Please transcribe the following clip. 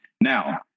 Now